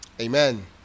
Amen